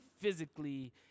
physically